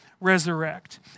Resurrect